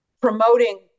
promoting